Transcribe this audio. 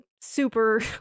super